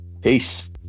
peace